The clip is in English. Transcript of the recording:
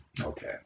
Okay